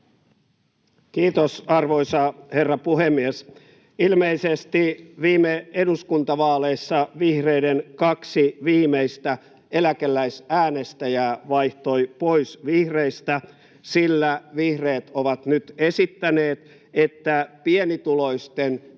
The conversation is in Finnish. Kiitos, arvoisa herra puhemies! Ilmeisesti viime eduskuntavaaleissa vihreiden kaksi viimeistä eläkeläisäänestäjää vaihtoi pois vihreistä, sillä vihreät ovat nyt esittäneet, että pienituloisten eläkeläisten